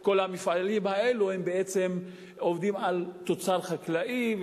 כל המפעלים האלה בעצם עובדים על תוצר חקלאי.